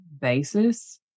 basis